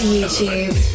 YouTube